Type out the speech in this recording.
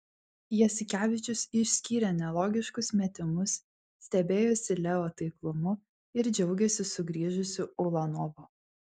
jasikevičius išskyrė nelogiškus metimus stebėjosi leo taiklumu ir džiaugėsi sugrįžusiu ulanovu